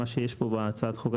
מה שיש פה בהצעת החוק,